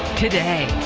today.